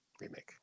Remake